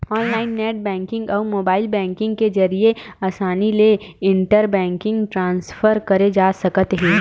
online net banking अउ mobile banking के जरिए असानी ले इंटर बेंकिंग ट्रांसफर करे जा सकत हे